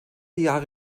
jahre